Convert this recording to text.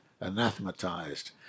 anathematized